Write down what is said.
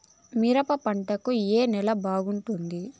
మిరప పంట కు ఏ నేల బాగుంటుంది?